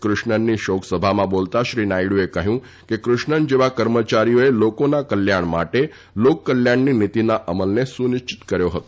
કૃષ્ણનની શોકસભામાં બોલતાં શ્રી નાયડુએ કહ્યું કે કૃષ્ણન જેવા કર્મચારીઓએ લોકોના કલ્યાણ માટે લોકકલ્યાણની નીતિના અમલને સુનિશ્ચિત કર્યો હતો